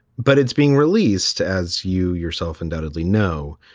but it's being released, as you yourself undoubtedly know,